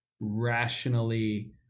rationally